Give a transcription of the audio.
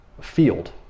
field